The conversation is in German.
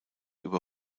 über